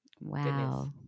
Wow